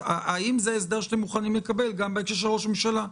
האם זה הסדר שאתם מוכנים לקבל גם בהקשר של ראש הממשלה?